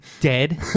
dead